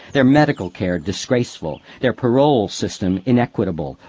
their medical care disgraceful, their parole system inequitable,